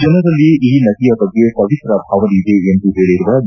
ಜನರಲ್ಲಿ ಈ ನದಿಯ ಬಗ್ಗೆ ಪವಿತ್ರ ಭಾವನೆ ಇದೆ ಎಂದು ಹೇಳರುವ ಡಿ